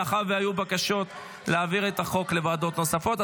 מאחר שהיו בקשות להעביר את החוק לוועדות נוספות,